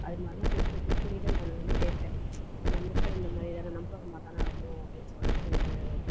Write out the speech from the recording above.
அது மாதிரிலாம் திருப்பி திருப்பி ரீவைன் பண்ணி பண்ணி கேட்பேன் நமக்கும் இந்த மாதிரி தான நம்ம அந்த மாதிரி தான இருக்கோம் அப்படின்னு சொல்லிட்டு ஒரு